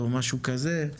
משהו כזה,